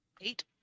Eight